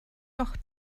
doch